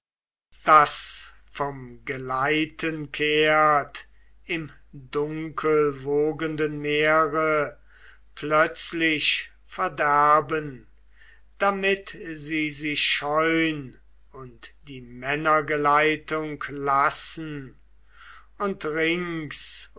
das vom geleiten kehrt im dunkelwogenden meere plötzlich verderben damit sie sich scheun und die männergeleitung lassen und rings